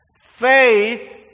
Faith